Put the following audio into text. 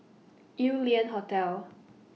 Yew Lian Hotel